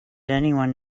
anyone